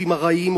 עובדים ארעיים,